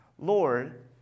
Lord